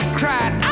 cried